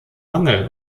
mangel